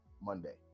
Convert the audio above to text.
Monday